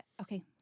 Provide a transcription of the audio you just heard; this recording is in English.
Okay